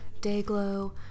Dayglow